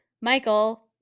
Michael